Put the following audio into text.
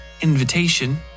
invitation